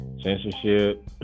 censorship